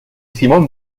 simón